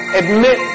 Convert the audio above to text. admit